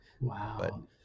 Wow